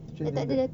tuition tak ada